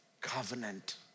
covenant